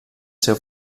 seu